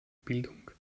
bildung